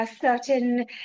certain